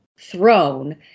throne